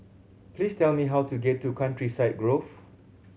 please tell me how to get to Countryside Grove